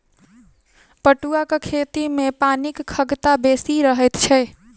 पटुआक खेती मे पानिक खगता बेसी रहैत छै